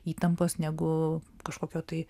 įtampos negu kažkokio tai